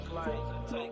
Take